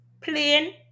plain